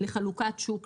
לחלוקת שוק,